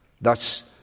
Thus